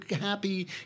happy